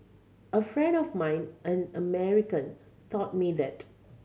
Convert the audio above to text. a friend of mine an American taught me that